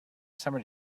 summer